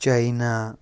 China